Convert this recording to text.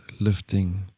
lifting